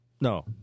No